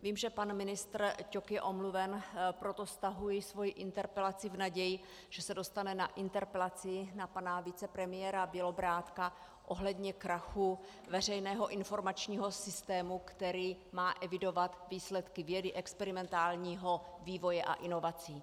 Vím, že pan ministr Ťok je omluven, proto stahuji svoji interpelaci v naději, že se dostane na interpelaci na pana vicepremiéra Bělobrádka ohledně krachu veřejného informačního systému, který má evidovat výsledky vědy, experimentálního vývoje a inovací.